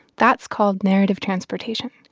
that's called narrative transportation.